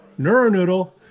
NeuroNoodle